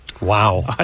Wow